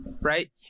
right